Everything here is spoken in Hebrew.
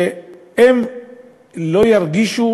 שהם לא ירגישו